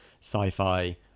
sci-fi